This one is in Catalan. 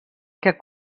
què